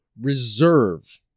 Reserve